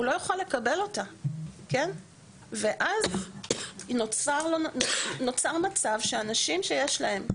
הוא לא יוכל לקבל אותה ואז נוצר מצב שאנשים שיש להם,